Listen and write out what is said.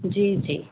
जी जी